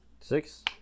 Six